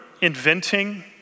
inventing